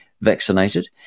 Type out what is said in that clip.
vaccinated